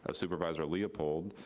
ah supervisor leopold,